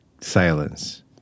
silence